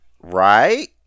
Right